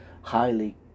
highly